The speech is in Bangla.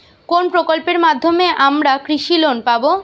কোন প্রকল্পের মাধ্যমে আমরা কৃষি লোন পাবো?